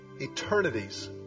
eternities